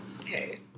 okay